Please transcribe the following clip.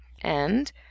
And